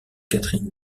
catherine